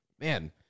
man